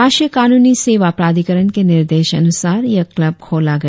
राष्ट्रीय कानूनी सेवा प्राधिकरण के निर्देशानुसार यह कल्ब खोला गया